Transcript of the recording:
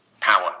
power